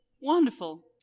Wonderful